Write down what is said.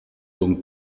donc